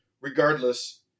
regardless